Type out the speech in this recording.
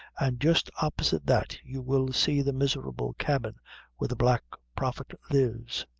jist opposite that you will see the miserable cabin where the black prophet lives.